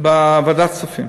בוועדת הכספים.